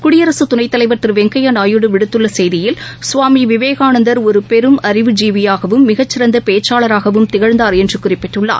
குடியரசுதுணைத்தலைவா் திருவெங்கையாநாயுடு விடுத்துள்ளசெய்தியில் சுவாமிவிவேகானந்தா் ஒருபெரும் அறிவு ஜீவியாகவும் மிகச்சிறந்தபேச்சாளராகவும் திகழ்ந்தார் என்றுகுறிப்பிட்டுள்ளார்